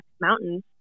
Mountains